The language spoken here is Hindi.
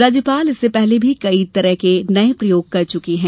राज्यपाल इससे पहले भी कई नये प्रयोग कर चुकी हैं